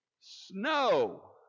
Snow